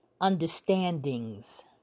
understandings